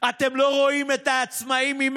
אתגר בריאותי,